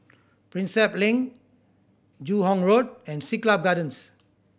Prinsep Link Joo Hong Road and Siglap Gardens